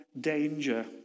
danger